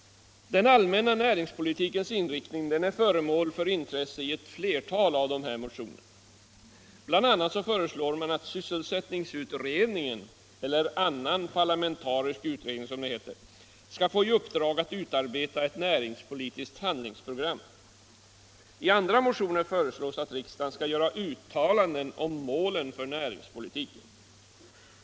Den allmänna näringspolitikens inriktning är föremål för intresse i ett flertal av dessa motioner. Bl. a. föreslås att sysselsättningsutredningen eller annan parlamentarisk utredning skall få i uppdrag att utarbeta ett näringspolitiskt handlingsprogram. I andra motioner föreslås att riksdagen skall göra uttalanden om målen för näringspolitiken.